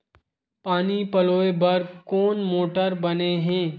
पानी पलोय बर कोन मोटर बने हे?